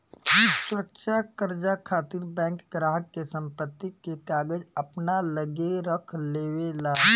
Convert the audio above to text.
सुरक्षा कर्जा खातिर बैंक ग्राहक के संपत्ति के कागज अपना लगे रख लेवे ला